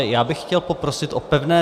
Já bych chtěl poprosit o pevné...